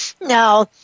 Now